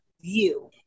view